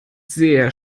sehr